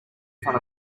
front